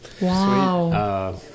Wow